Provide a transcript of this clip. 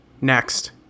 Next